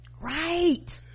Right